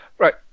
Right